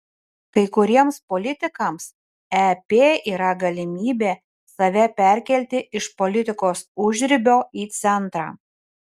kai kuriems politikams ep yra galimybė save perkelti iš politikos užribio į centrą